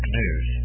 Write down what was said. news